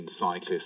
cyclists